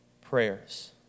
prayers